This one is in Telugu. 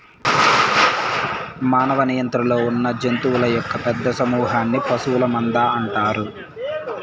మానవ నియంత్రణలో ఉన్నజంతువుల యొక్క పెద్ద సమూహన్ని పశువుల మంద అంటారు